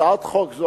הצעת חוק זו,